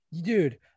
dude